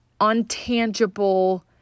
untangible